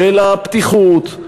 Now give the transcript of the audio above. של הפתיחות,